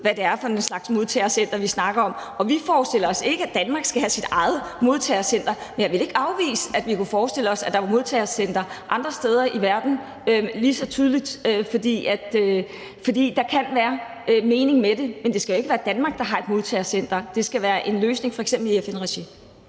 hvad det er for en slags modtagecenter, vi snakker om. Og vi forestiller os ikke, at Danmark skal have sit eget modtagecenter, men jeg vil lige så tydeligt ikke afvise, at vi kunne forestille os, at der var modtagecentre andre steder i verden, fordi der kan være mening med det. Men det skal ikke være Danmark, der har et modtagecenter, det skal være en løsning i f.eks. FN-regi.